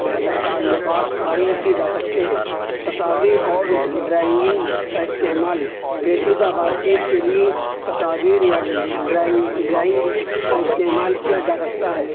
بہتر تعلقات قائم کیے جا سکتے ہیں تصاویر اور ڈرائنگ کا استعمال پیچیدہ بات چیت کے لیے تصاویر یا ڈرائنگ کا استعمال کیا جا سکتا ہے